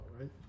right